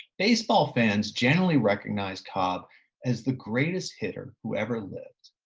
baseball fans generally recognize cobb as the greatest hitter who ever lived,